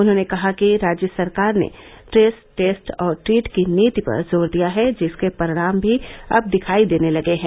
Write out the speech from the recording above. उन्होंने कहा कि राज्य सरकार ने ट्रेस टेस्ट और ट्रीट की नीति पर जोर दिया है जिसके परिणाम भी अब दिखायी देने लगे हैं